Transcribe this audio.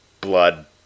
Blood